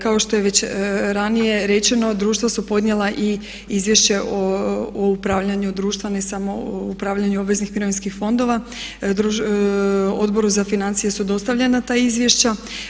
Kao što je već ranije rečeno, društva su ponijela i izvješće o upravljanju društva ne samo o upravljanju obveznih mirovinskih fondova, Odboru za financije su dostavljena ta izvješća.